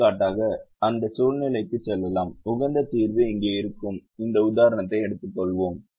எடுத்துக்காட்டாக அந்த சூழ்நிலைக்கு செல்லலாம் உகந்த தீர்வு இங்கே இருக்கும் இந்த உதாரணத்தை எடுத்துக்கொள்வோம்